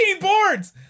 boards